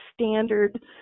standard